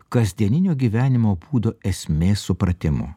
kasdieninio gyvenimo būdo esmės supratimu